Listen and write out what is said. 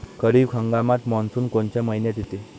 खरीप हंगामात मान्सून कोनच्या मइन्यात येते?